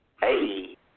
Hey